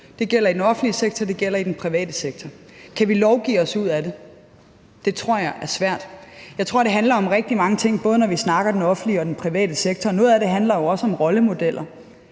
Det gælder i den offentlige sektor, og det gælder i den private sektor. Kan vi lovgive os ud af det? Det tror jeg er svært. Jeg tror, det handler om rigtig mange ting, både når vi snakker den offentlige og den private sektor, og noget af det handler jo også om rollemodeller: